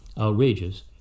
outrageous